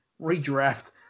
Redraft